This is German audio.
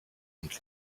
und